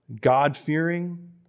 God-fearing